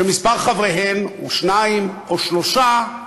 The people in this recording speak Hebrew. שמספר חבריהן הוא שניים או שלושה,